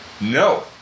No